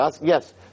Yes